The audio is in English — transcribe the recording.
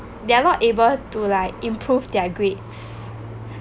they are not able to like improve their grades